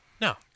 No